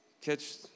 Catch